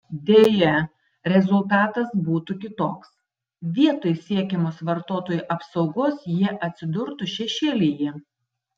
deja rezultatas būtų kitoks vietoj siekiamos vartotojų apsaugos jie atsidurtų šešėlyje